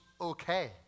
okay